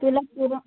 तुला पुरण